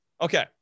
Okay